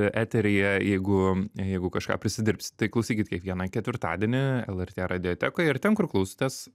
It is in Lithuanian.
eteryje jeigu jeigu kažką prisidirbsit tai klausykit kiekvieną ketvirtadienį lrt radiotekoje ir ten kur klausotės